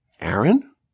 Aaron